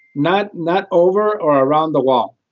not not over or around the wall.